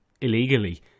illegally